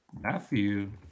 Matthew